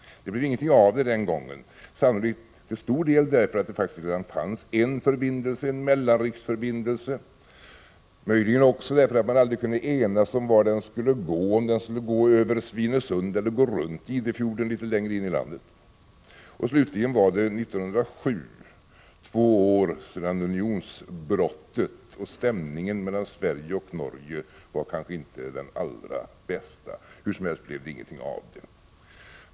Det blev ingenting av detta den gången, sannolikt till stor del därför att det faktiskt redan fanns en mellanriksförbindelse, möjligen också därför att man aldrig kunde enas om var förbindelsen skulle gå, över Svinesund eller runt Idefjorden litet längre in i landet. Slutligen var det 1907 två år sedan unionsupplösningen skedde, och stämningen mellan Sverige och Norge var kanske inte den allra bästa. Hur som helst blev det ingenting av det.